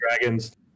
dragons